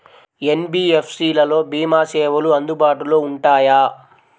NBFC లలో భీమా సేవలు అందుబాటులో ఉంటాయా?